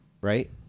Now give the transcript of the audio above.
right